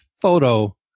photo